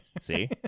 See